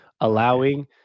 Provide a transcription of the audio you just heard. allowing